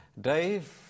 Dave